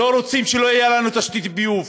לא רוצים שלא תהיה לנו תשתית ביוב